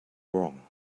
wrong